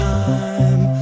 time